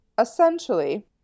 essentially